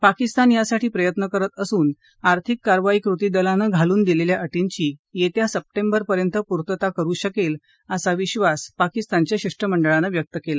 पाकिस्तान यासाठी प्रयत्न करत असून आर्थिक कारवाई कृती दलानं घालून दिलेल्या अटींची येत्या सप्टेंबर पर्यंत पुर्तता करु शकेल असा विश्वास पाकिस्तानाच्या शिष्टमंडळानं व्यक्त केला